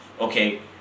Okay